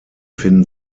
finden